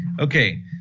Okay